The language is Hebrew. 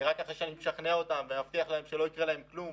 רק אחרי שאני משכנע אותם ומבטיח להם שלא יקרה להם כלום.